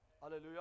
Hallelujah